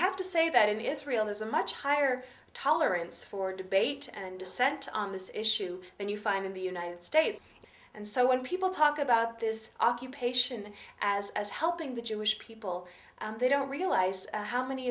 have to say that in the israel is a much higher tolerance for debate and dissent on this issue than you find in the united states and so when people talk about this occupation as as helping the jewish people they don't realize how many